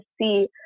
see